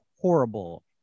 horrible